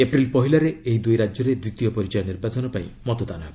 April ପହିଲାରେ ଏହି ଦୁଇ ରାଜ୍ୟରେ ଦ୍ୱିତୀୟ ପର୍ଯ୍ୟାୟ ନିର୍ବାଚନ ପାଇଁ ମତଦାନ ହେବ